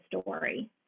story